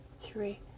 three